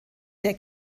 der